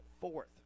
fourth